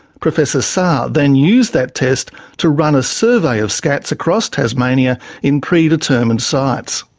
professor sarre then used that test to run a survey of scats across tasmania in pre-determined sites.